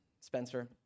Spencer